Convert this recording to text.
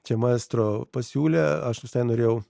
čia maestro pasiūlė aš norėjau